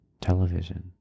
Television